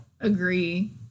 agree